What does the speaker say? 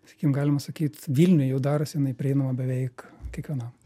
sakykim galima sakyt vilniuj jau darosi jinai prieinama beveik kiekvienam